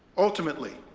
ultimately,